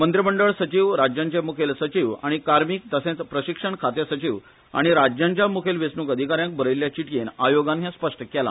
मंत्रीमंडळ सचिव राज्यांचे मुखेल सचिव आनी कार्मिक तशेंच प्रशिक्षण खाते सचिव आनी राज्यांच्या मुखेल वेचणूक अधिकायांक बरयल्ल्या चीटयेन आयोगान हे स्पष्ट केला